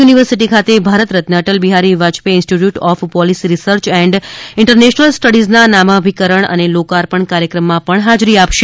university ખાતે Bharat Ratna Atal Bihari Vajpayee institute of policy research and international સ્ટડીના નામાભિકરણ અને લોકાર્પણ કાર્યક્રમમાં હાજરી આપશે